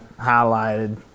highlighted